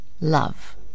love